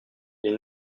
les